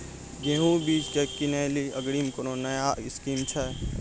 गेहूँ बीज की किनैली अग्रिम कोनो नया स्कीम छ?